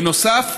בנוסף,